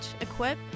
equip